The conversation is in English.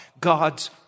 God's